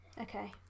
okay